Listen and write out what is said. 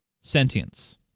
sentience